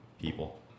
people